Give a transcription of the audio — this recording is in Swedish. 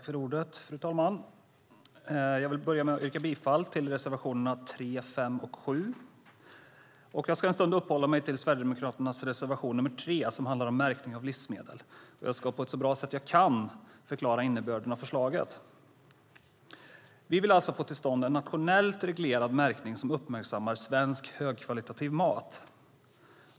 Fru talman! Jag yrkar bifall till reservationerna 3, 5 och 7. Jag ska en stund uppehålla mig vid Sverigedemokraternas reservation nr 3 som handlar om märkning av livsmedel. Jag ska förklara innebörden av förslaget så bra jag kan. Vi vill alltså få till stånd en nationellt reglerad märkning som uppmärksammar svensk högkvalitativ mat.